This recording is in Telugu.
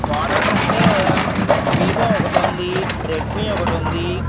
మోడల్స్ అంటే వివో ఒకటి ఉంది రెడ్మి ఒకటి ఉంది